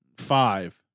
Five